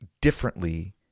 differently